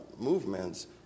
movements